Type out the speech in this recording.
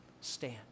Stand